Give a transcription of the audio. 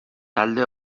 talde